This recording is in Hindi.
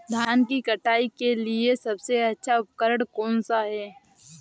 धान की कटाई के लिए सबसे अच्छा उपकरण कौन सा है?